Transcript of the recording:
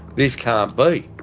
this can't be.